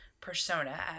persona